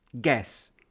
Guess